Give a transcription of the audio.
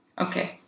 Okay